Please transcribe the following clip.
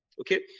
okay